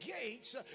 gates